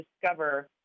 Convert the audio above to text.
discover